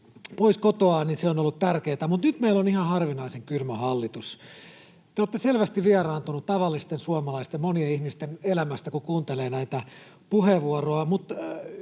pois kotoaan, on ollut tärkeätä. Mutta nyt meillä on ihan harvinaisen kylmä hallitus. Te olette selvästi vieraantuneet tavallisten suomalaisten — monien ihmisten — elämästä, kun kuuntelee näitä puheenvuoroja,